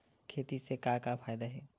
खेती से का का फ़ायदा हे?